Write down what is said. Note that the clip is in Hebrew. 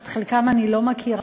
את חלקם אני לא מכירה,